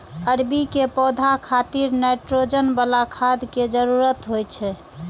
अरबी के पौधा खातिर नाइट्रोजन बला खाद के जरूरत होइ छै